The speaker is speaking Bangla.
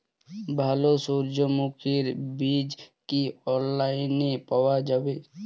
ভালো সূর্যমুখির বীজ কি অনলাইনে পাওয়া যায়?